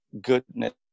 Goodness